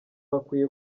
hakwiye